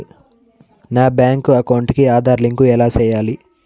నా bank account కి Aadhaar link ఎలా సేయాలి